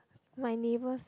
my neighbours